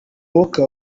walker